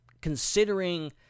considering